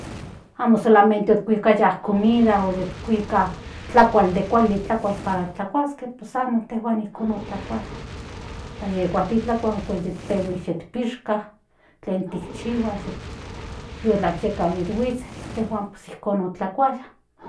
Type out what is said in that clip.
Antes amo kuikaya comida tlakual de kuali tlakual para tlakuaske pues amo intejuan ijkon otlakuaya kuak yeka titlakua okuel yi pehuis tik pishka tlen tikchihuas yotla senka yihuisten tejuan ijkon otlakuaya.